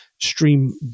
stream